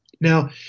Now